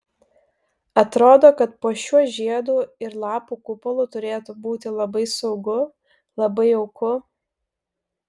atrodo kad po šiuo žiedų ir lapų kupolu turėtų būti labai saugu labai jauku